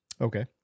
Okay